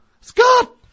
Scott